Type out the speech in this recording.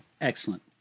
Excellent